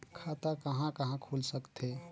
खाता कहा कहा खुल सकथे?